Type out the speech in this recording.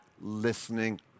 listening